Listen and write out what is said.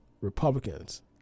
Republicans